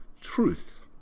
truth